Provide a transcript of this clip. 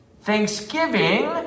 thanksgiving